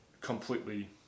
completely